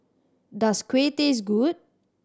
does kuih taste good